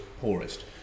poorest